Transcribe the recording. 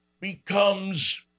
becomes